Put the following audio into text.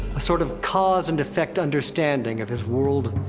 a sort of cause-and-effect understanding of his world.